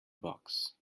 box